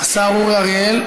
השר אורי אריאל.